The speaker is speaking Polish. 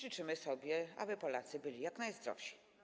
Życzymy sobie, aby Polacy byli jak najzdrowsi.